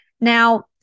Now